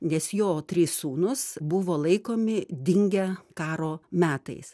nes jo trys sūnūs buvo laikomi dingę karo metais